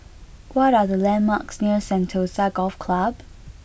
what are the landmarks near Sentosa Golf Club